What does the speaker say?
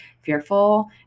fearful